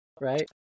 right